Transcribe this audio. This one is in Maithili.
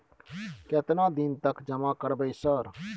केतना दिन तक जमा करबै सर?